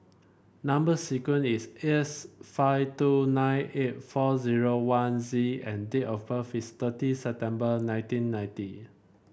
number sequence is S five two nine eight four zero one Z and date of birth is thirty September nineteen ninety